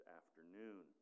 afternoon